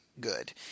good